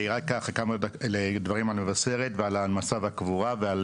כמה דברים על מבשרת ועל מצב הקבורה ועל